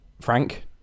frank